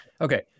Okay